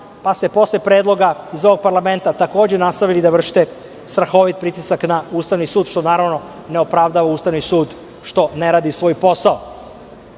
pa ste posle predloga iz ovog parlamenta takođe nastavili da vršite strahovih pritisak na Ustavni sud, što ne opravdava Ustavni sud što ne radi svoj posao. Dakle,